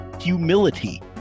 humility